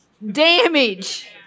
damage